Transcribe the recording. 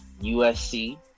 USC